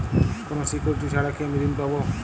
কোনো সিকুরিটি ছাড়া কি আমি ঋণ পাবো?